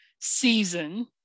season